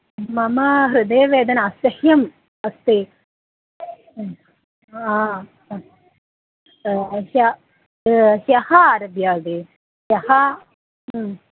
मम हृदयवेदना असह्या अस्ति हा ह्य ह्यः आरभ्याद् ह्यः